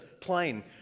plane